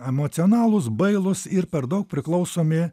emocionalūs bailūs ir per daug priklausomi